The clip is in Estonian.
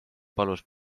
palus